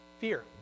Fear